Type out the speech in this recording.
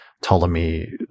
Ptolemy